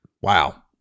wow